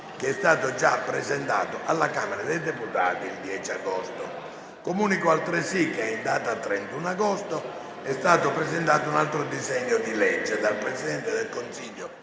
che è stato già presentato alla Camera dei deputati lo scorso 10 agosto. Comunico altresì che in data 31 agosto è stato presentato il seguente disegno di legge: *dal Presidente del Consiglio